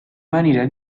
maniera